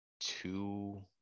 two